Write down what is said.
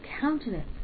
countenance